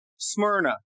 Smyrna